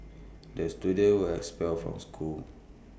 the students were expelled from school